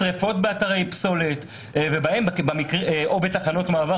שריפות באתרי פסולת או בתחנות מעבר.